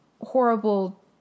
horrible